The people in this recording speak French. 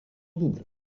double